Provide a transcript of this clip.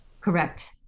Correct